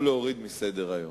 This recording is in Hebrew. או להוריד מסדר-היום.